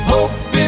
Hope